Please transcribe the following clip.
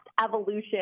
evolution